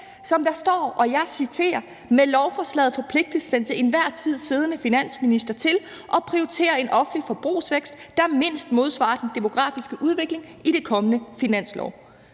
Som der står – og jeg citerer: »Med lovforslaget forpligtes den til enhver tid siddende finansminister til at prioritere en vækst i det offentlige forbrug, der (mindst) modsvarer den demografiske udvikling i det kommende finansår